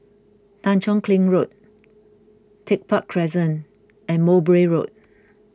Tanjong Kling Road Tech Park Crescent and Mowbray Road